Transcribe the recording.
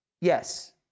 yes